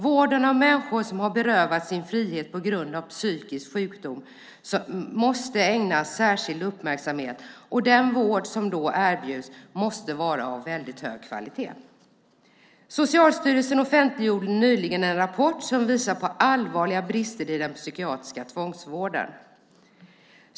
Vården av människor som har berövats sin frihet på grund av psykisk sjukdom måste ägnas särskild uppmärksamhet och den vård som erbjuds måste vara av väldigt hög kvalitet. Socialstyrelsen offentliggjorde nyligen en rapport som visar på allvarliga brister i den psykiatriska tvångsvården.